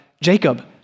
Jacob